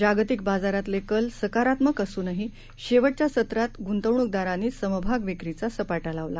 जागतिकबाजारातलेकलसकारात्मकअसूनहीशेवटच्यासत्रातगुतवणूकदारांनीसमभागविक्रीचासपाटालावला